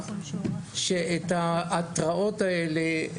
שאת ההתראות האלה